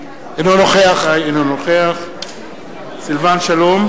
אינו נוכח סילבן שלום,